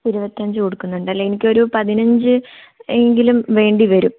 ഇരുപത്തി അഞ്ചു കൊടുക്കുന്നുണ്ടല്ലേ എനിക്ക് ഒരു പതിനഞ്ച് എങ്കിലും വേണ്ടിവരും